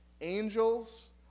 angels